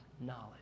knowledge